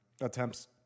attempts